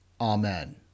Amen